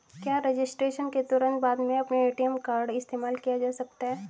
क्या रजिस्ट्रेशन के तुरंत बाद में अपना ए.टी.एम कार्ड इस्तेमाल किया जा सकता है?